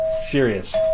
Serious